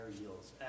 yields